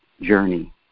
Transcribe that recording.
journey